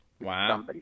Wow